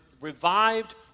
revived